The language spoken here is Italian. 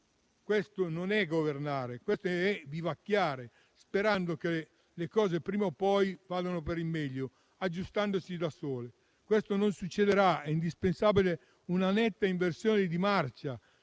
questo non è governare, ma vivacchiare sperando che le cose prima o poi vadano per il meglio, aggiustandosi da sole. Questo non succederà, è indispensabile una netta inversione di marcia,